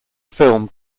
film